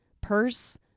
purse